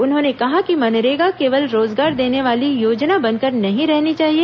उन्होंने कहा कि मनरेगा केवल रोजगार देने वाली योजना बनकर नहीं रहनी चाहिए